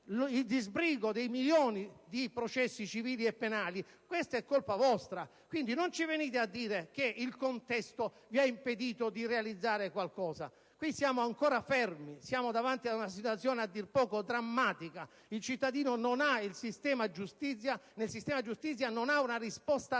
il disbrigo dei milioni di processi civili e penali, questa è colpa vostra. Quindi, non ci venite a dire che il contesto vi ha impedito di realizzare qualcosa. Qui siamo ancora fermi. Siamo davanti ad una situazione a dir poco drammatica. Il cittadino non ha nel sistema giustizia una risposta adeguata: